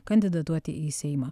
kandidatuoti į seimą